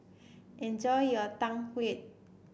enjoy your Tang Yuen